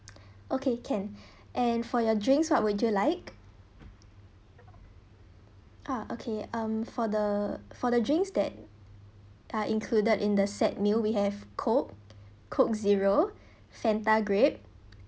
okay can and for your drinks what would you like ah okay um for the for the drinks that are included in the set meal we have coke coke zero fanta grape